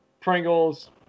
Pringles